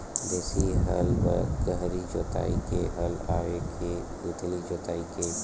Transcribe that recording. देशी हल गहरी जोताई के हल आवे के उथली जोताई के?